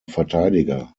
verteidiger